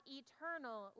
eternal